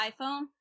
iPhone